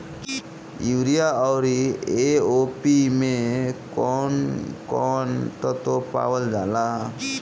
Urea औरी ए.ओ.पी मै कौवन कौवन तत्व पावल जाला?